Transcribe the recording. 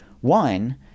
one